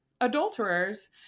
adulterers